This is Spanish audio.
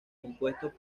compuestos